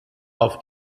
auf